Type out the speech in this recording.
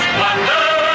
wonder